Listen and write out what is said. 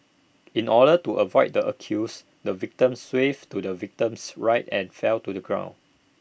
in order to avoid the accused the victim swerved to the victim's right and fell to the ground